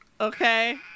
okay